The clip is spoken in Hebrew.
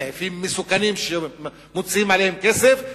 סעיפים מסוכנים שמוציאים עליהם כסף,